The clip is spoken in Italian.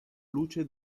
luce